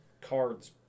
cards